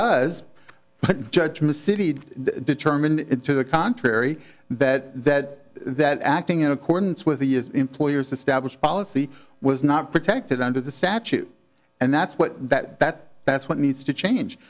does judgment citied determined it to the contrary that that acting in accordance with the is employers established policy was not protected under the statute and that's what that that that's what needs to change